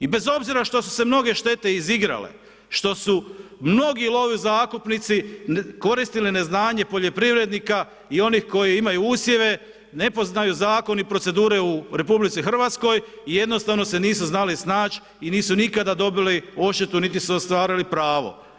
I bez obzira što su se mnoge štete izigrale, što su mnogi lovozakupnici koristili neznanje poljoprivrednika i onih koji imaju usjeve, ne poznaju Zakon i procedure u Republici Hrvatskoj, i jednostavne se nisu znali snać' i nisu nikada dobili odštetu niti su ostvarili pravo.